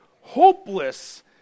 hopeless